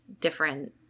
different